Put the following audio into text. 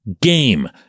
game